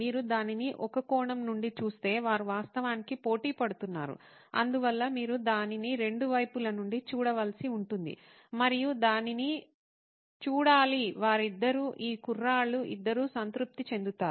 మీరు దానిని ఒక కోణం నుండి చూస్తే వారు వాస్తవానికి పోటీ పడుతున్నారు అందువల్ల మీరు దానిని రెండు వైపుల నుండి చూడవలసి ఉంటుంది మరియు దానిని చూడాలి వారిద్దరూ ఈ కుర్రాళ్ళు ఇద్దరూ సంతృప్తి చెందారు